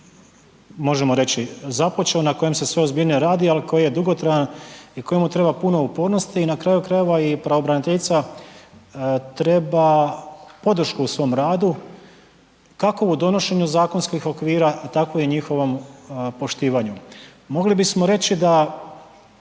možemo reći započeo, na kojem se sve ozbiljnije radi, ali koji je dugotrajan i kojemu treba puno upornosti i na kraju krajeva i pravobranitelja treba podršku u svom radu, kako u donošenju zakonskih okvira, tako i njihovom poštivanju. Mogli bismo reći da